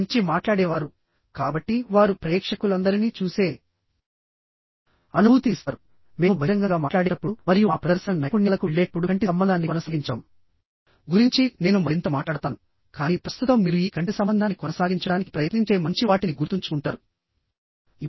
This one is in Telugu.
మంచి మాట్లాడేవారు కాబట్టి వారు ప్రేక్షకులందరినీ చూసే అనుభూతిని ఇస్తారు మేము బహిరంగంగా మాట్లాడేటప్పుడు మరియు మా ప్రదర్శన నైపుణ్యాలకు వెళ్ళేటప్పుడు కంటి సంబంధాన్ని కొనసాగించడం గురించి నేను మరింత మాట్లాడతాను కానీ ప్రస్తుతం మీరు ఈ కంటి సంబంధాన్ని కొనసాగించడానికి ప్రయత్నించే మంచి వాటిని గుర్తుంచుకుంటారు